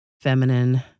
feminine